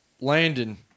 Landon